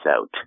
out